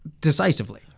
decisively